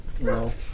No